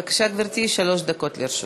בבקשה, גברתי, שלוש דקות לרשותך.